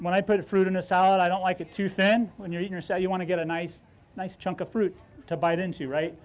when i put fruit in a salad i don't like it too thin when you are so you want to get a nice nice chunk of fruit to bite into right